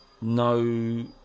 no